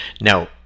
now